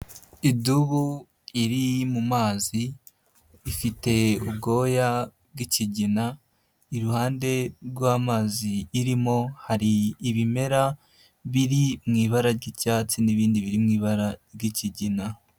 Idubu iri mu mazi, ifite ubwoya bw’ikigina, iruhande rw'amazi irimo hari ibimera, biri mu ibara ry’icyatsi n’ibindi biri mu ibara ry’ikigina.